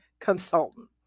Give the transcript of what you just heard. consultant